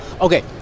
Okay